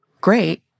great